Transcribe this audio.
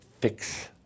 fix